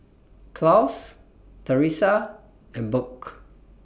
Claus Teresa and Burk